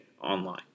Online